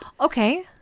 Okay